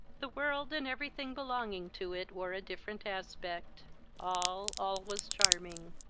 the world, and every thing belonging to it, wore a different aspect all, all was charming.